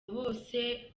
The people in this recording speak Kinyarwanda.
bose